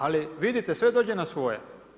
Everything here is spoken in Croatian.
Ali vidite sve dođe na svoje.